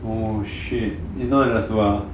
oh shit it's not adjustable ah